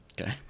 Okay